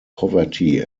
poverty